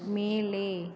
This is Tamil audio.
மேலே